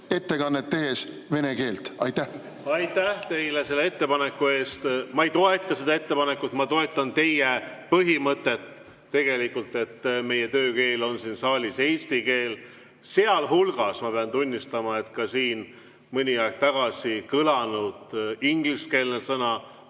ettekannet tehes vene keelt. Aitäh teile selle ettepaneku eest! Ma ei toeta seda ettepanekut. Ma toetan teie põhimõtet, et meie töökeel on siin saalis eesti keel. Sealhulgas ma pean tunnistama, et ka siin mõni aeg tagasi kõlanud ingliskeelne